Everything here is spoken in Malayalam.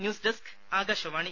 news desk Akashvani